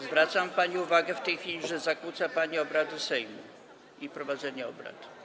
Zwracam pani uwagę w tej chwili, że zakłóca pani obrady Sejmu i prowadzenie obrad.